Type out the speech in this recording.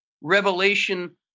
revelation